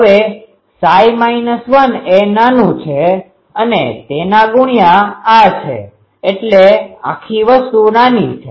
હવે 1 એ નાનું છે અને તેના ગુણ્યા આ છે એટલે આખી વસ્તુ નાની છે